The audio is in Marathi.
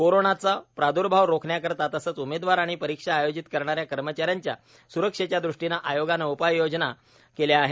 कोरोनाचा प्राद्र्भाव रोखण्याकरता तसंच उमेदवार आणि परीक्षा आयोजित करणाऱ्या कर्मचाऱ्यांच्या स्रक्षेच्या दृष्टीनं आयोगानं उपाययोजना केल्या आहेत